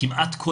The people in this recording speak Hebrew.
כמעט כל